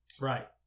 Right